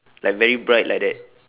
like very bright like that